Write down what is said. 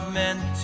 meant